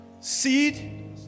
Seed